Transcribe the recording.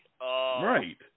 right